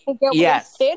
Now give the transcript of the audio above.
Yes